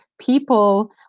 people